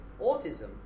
autism